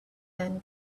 then